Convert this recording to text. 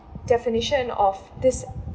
definition of this